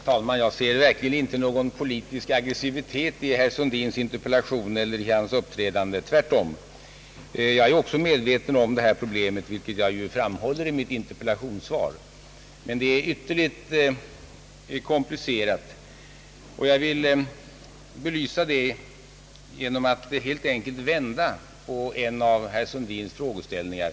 Herr talman! Jag ser verkligen inte någon politisk aggressivitet i herr Sundins interpellation eller i hans uppträdande. Också jag är medveten om detta problem, vilket jag framhåller i mitt interpellationssvar. Men det gäller ytterligt komplicerade förhållanden. Jag vill belysa detta faktum genom att helt enkelt vända på en av herr Sundins frågeställningar.